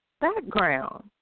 background